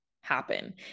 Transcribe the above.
happen